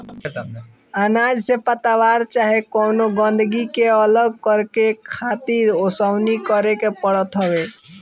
अनाज से पतवार चाहे कवनो गंदगी के अलग करके खातिर ओसवनी करे के पड़त हवे